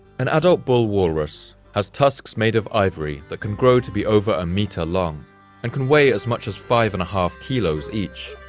an adult bull walrus has tusks made of ivory that can grow to be over a meter long and can weigh as much as five and a half kilos each.